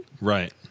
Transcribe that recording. Right